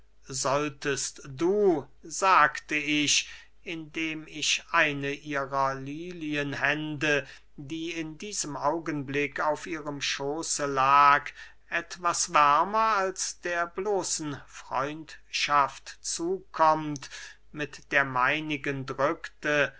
solltest du sagte ich indem ich eine ihrer lilienhände die in diesem augenblick auf ihrem schooße lag etwas wärmer als der bloßen freundschaft zukommt mit der meinigen drückte